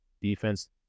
Defense